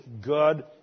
good